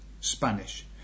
Spanish